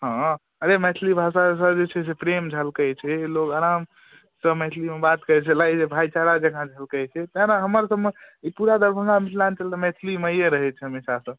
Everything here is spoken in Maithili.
हँ अरे मैथिली भाषासँ जे छै से प्रेम झलकैत छै लोक आरामसँ मैथिलीमे बात करैत छै लागैत छै भाइचारा जँका झलकैत छै तैँ ने हमरसभमे ई पूरा दरभंगा मिथिलाञ्चल तऽ मैथिलीमैए रहैत छै हमेशासँ